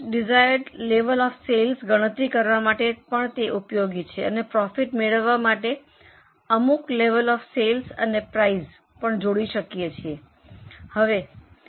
desired level of sales ગણતરી કરવા માટે પણ તે ઉપયોગી છે અને પ્રોફિટ મેળવવા માટે અમુક લેવલ ઑફ સેલ્સ અને પ્રાઇસ પણ જોડી શકીએ છીએ